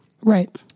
Right